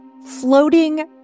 Floating